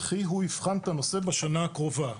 וכי הוא יבחן את הנושא בשנה הקרובה.